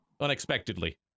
Unexpectedly